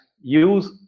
use